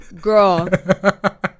Girl